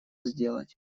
сделать